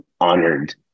honored